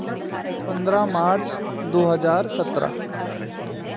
पंद्रह मार्च दो हज़ार सत्रह